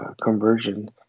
conversion